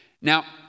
Now